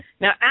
Now